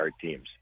teams